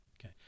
okay